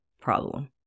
problem